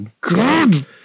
god